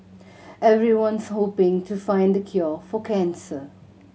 everyone's hoping to find the cure for cancer